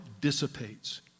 dissipates